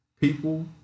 people